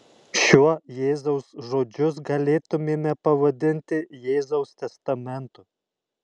šiuo jėzaus žodžius galėtumėme pavadinti jėzaus testamentu